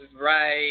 Right